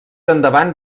endavant